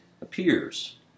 Appears